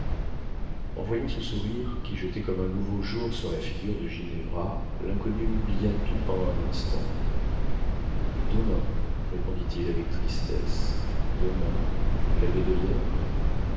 en voyant ce sourire qui jetait comme un nouveau jour sur la figure de ginevra l'inconnu oublia tout pendant un instant demain répondit-il avec tristesse demain labédoyère